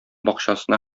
бакчасына